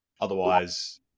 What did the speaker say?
Otherwise